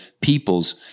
people's